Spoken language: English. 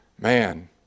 man